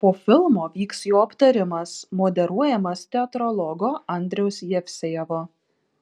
po filmo vyks jo aptarimas moderuojamas teatrologo andriaus jevsejevo